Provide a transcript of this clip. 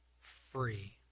free